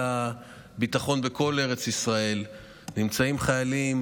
הביטחון בכל ארץ ישראל נמצאים חיילים